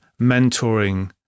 mentoring